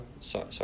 sorry